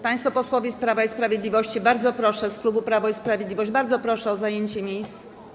Państwo posłowie z Prawa i Sprawiedliwości, z klubu Prawo i Sprawiedliwość, bardzo proszę o zajęcie miejsc.